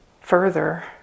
further